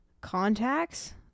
contacts